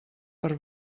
per